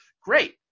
great